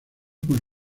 con